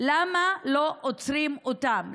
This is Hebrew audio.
למה לא עוצרים אותם?